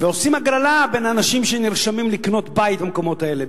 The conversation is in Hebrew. ועושים הגרלה בין האנשים שנרשמים לקנות בית במקומות האלה,